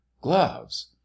gloves